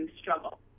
struggle